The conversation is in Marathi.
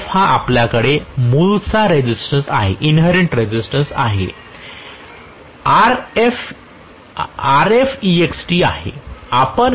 Rf हा आपल्याकडे मूळचा रेसिस्टन्स आपल्याकडे आहे